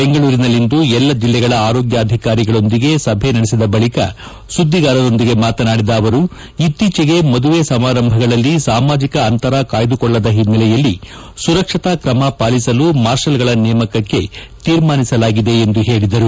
ಬೆಂಗಳೂರಿನಲ್ಲಿ ಇಂದು ಎಲ್ಲ ಜಿಲ್ಲೆಗಳ ಆರೋಗ್ಯಾಧಿಕಾರಿಗಳೊಂದಿಗೆ ಸಭೆ ನಡೆಸಿದ ಬಳಕ ಸುದ್ದಿಗಾರರೊಂದಿಗೆ ಮಾತನಾಡಿದ ಅವರು ಇತ್ತೀಚೆಗೆ ಮದುವೆ ಸಮಾರಂಭಗಳಲ್ಲಿ ಸಾಮಾಜಕ ಅಂತರ ಕಾಯ್ದುಕೊಳ್ಳದ ಹಿನ್ನೆಲೆಯಲ್ಲಿ ಸುರಕ್ಷತಾ ಕ್ರಮ ಪಾಲಿಸಲು ಮಾರ್ಷಲ್ಗಳ ನೇಮಕಕ್ಕೆ ತೀರ್ಮಾನಿಸಲಾಗಿದೆ ಎಂದು ಹೇಳಿದರು